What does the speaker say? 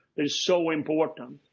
it is so important.